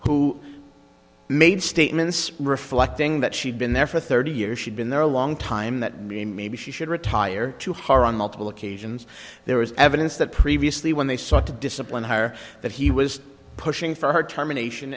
who made statements reflecting that she'd been there for thirty years she'd been there a long time that mean maybe she should retire to her on multiple occasions there was evidence that previously when they sought to discipline her that he was pushing for her termination